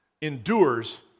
endures